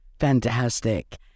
Fantastic